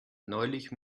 neulich